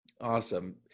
Awesome